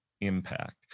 impact